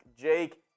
Jake